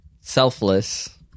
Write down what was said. selfless